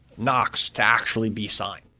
nox, to actually be signed.